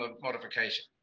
modification